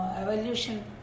evolution